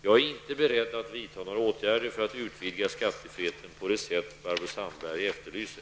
Jag är inte beredd att vidta några åtgärder för att utvidga skattefriheten på det sätt Barbro Sandberg efterlyser.